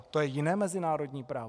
To je jiné mezinárodní právo?